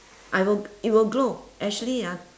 I will it will grow actually ah